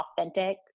authentic